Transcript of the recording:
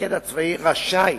המפקד הצבאי רשאי